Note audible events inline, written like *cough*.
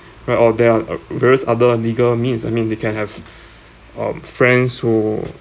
right all there on uh various other uh legal means I mean they can have *breath* um friends who